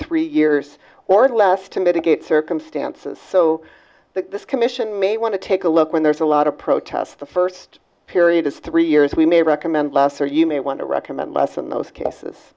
three years or less to mitigate circumstances so the commission may want to take a look when there's a lot of protest the first period is three years we may recommend lesser you may want to recommend less in those cases